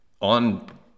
on